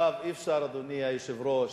עכשיו, אי-אפשר, אדוני היושב-ראש,